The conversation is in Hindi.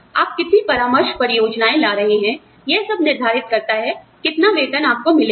आप कितनी परामर्श परियोजनाएँ ला रहे हैं यह सब निर्धारित करता है कितना वेतन आपको मिलेगा